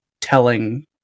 telling